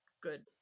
good